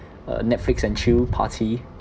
uh netflix and chill party